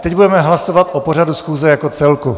Teď budeme hlasovat o pořadu schůze jako celku.